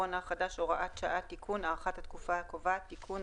הקורונה החדש הוראת שעה תיקון) (הארכת התקופה הקובעת) (תיקון),